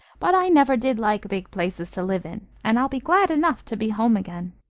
but i never did like big places to live in. and i'll be glad enough to be home again.